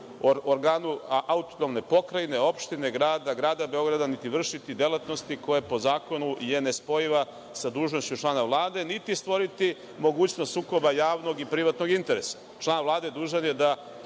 organu autonomne pokrajine, opštine, grada, grada Beograda, niti vršiti delatnosti koje po zakonu je nespojiva sa dužnošću člana vlade, niti stvoriti mogućnost sukoba javnog i privatnog interesa. Član vlade, dužan je da